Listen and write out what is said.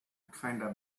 kinda